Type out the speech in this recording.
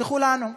תסלחו לנו,